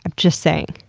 ah just saying.